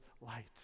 light